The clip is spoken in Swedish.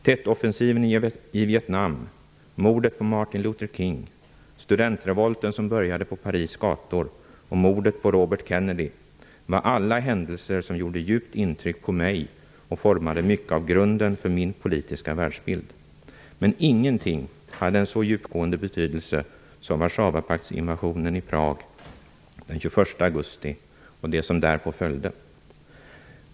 Tet-offensiven i Vietnam, mordet på Martin Luther King, studentrevolten som började på Paris gator och mordet på Robert Kennedy var alla händelser som gjorde djupt intryck på mig och formade mycket av grunden för min politiska världsbild. Men ingenting hade en så djupgående betydelse som Warszawapaktsinvasionen i Prag den 21 augusti och det som därpå följde.